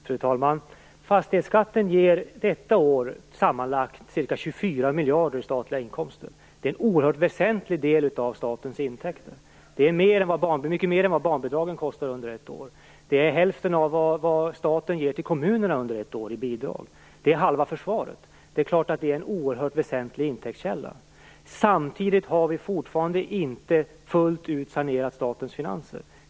Fru talman! Fastighetsskatten ger detta år sammanlagt ca 24 miljarder kronor i statliga inkomster. Det är en oerhört väsentlig del av statens intäkter. Det är mycket mer än vad barnbidragen kostar under ett år. Det är hälften av vad staten ger till kommunerna under ett år i bidrag. Det är halva försvaret. Det är klart att det är en oerhört väsentlig intäktskälla. Samtidigt har vi fortfarande inte fullt ut sanerat statens finanser.